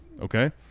okay